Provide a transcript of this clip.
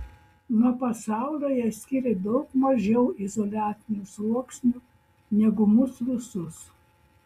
nuo pasaulio ją skyrė daug mažiau izoliacinių sluoksnių negu mus visus